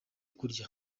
kurya